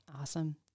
Awesome